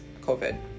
covid